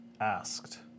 asked